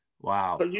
Wow